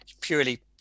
purely